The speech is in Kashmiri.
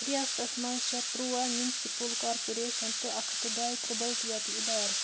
رِیاستس منٛز چھےٚ تٕرواہ میونسِپٕل کارپوریشن تہٕ اکھ ہتھ تہٕ دۄیہِ ترٕٛہ بلدِیٲتی ادارٕ